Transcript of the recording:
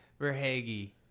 Verhage